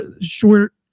short